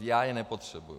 Já je nepotřebuji.